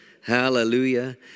hallelujah